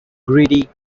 greedy